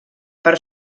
per